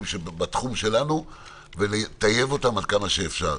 שבתחום שלנו ולטייב אותם עד כמה שאפשר.